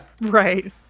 Right